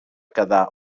quedar